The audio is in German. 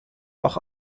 auch